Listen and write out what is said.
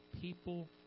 People